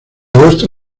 agosto